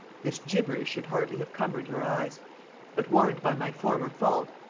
this gibberish should hardly have cumbered your eyes but warned by my former fault,